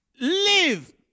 live